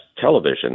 television